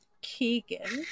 Keegan